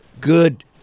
good